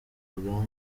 bwa